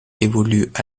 évoluent